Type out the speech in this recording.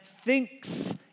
thinks